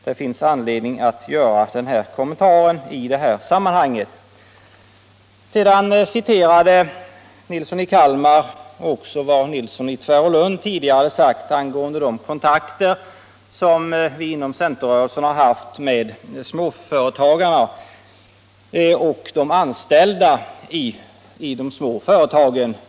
Herr Nilsson i Kalmar citerade också vad herr Nilsson i Tvärålund sade om de kontakter som vi inom centerrörelsen har haft med småföretagarna och de anställda i de små företagen.